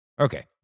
Okay